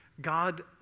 God